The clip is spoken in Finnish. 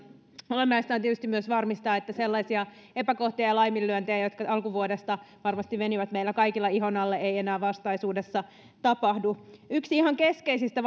olennaista on tietysti myös varmistaa että sellaisia epäkohtia ja laiminlyöntejä jotka alkuvuodesta varmasti menivät meillä kaikilla ihon alle ei enää vastaisuudessa tapahdu yksi ihan keskeisistä